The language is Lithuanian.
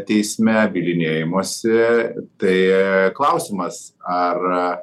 teisme bylinėjimosi tai klausimas ar